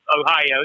Ohio